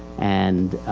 and,